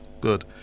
good